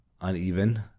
uneven